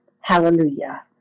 Hallelujah